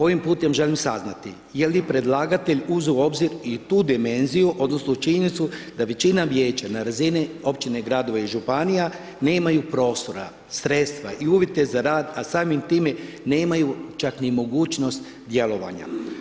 Ovim putem želim saznati je li predlagatelj uzeo u obzir i tu dimenziju, odnosno činjenica da većina vijeća na razini općine i gradova i županija nema prostora, sredstva i uvjete za rad a samim time nemaju čak ni mogućnost djelovanja.